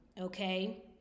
okay